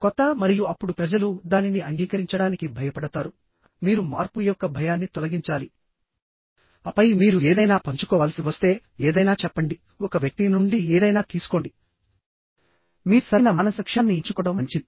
కొత్త మరియు అప్పుడు ప్రజలు దానిని అంగీకరించడానికి భయపడతారు మీరు మార్పు యొక్క భయాన్ని తొలగించాలి ఆపై మీరు ఏదైనా పంచుకోవాల్సి వస్తే ఏదైనా చెప్పండి ఒక వ్యక్తి నుండి ఏదైనా తీసుకోండి మీరు సరైన మానసిక క్షణాన్ని ఎంచుకోవడం మంచిది